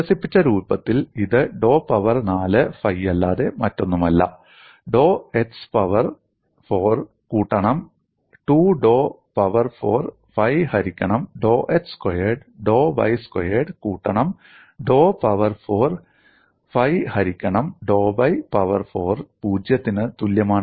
വികസിപ്പിച്ച രൂപത്തിൽ ഇത് ഡോ പവർ 4 ഫൈയല്ലാതെ മറ്റൊന്നുമല്ല ഡോ x പവർ 4 കൂട്ടണം 2 ഡോ പവർ 4 ഫൈ ഹരിക്കണം ഡോ x സ്ക്വയർഡ് ഡോ y സ്ക്വയർഡ് കൂട്ടണം ഡോ പവർ 4 ഫൈ ഹരിക്കണം ഡോ y പവർ 4 0 ത്തിനു സമമാണ്